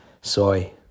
Soy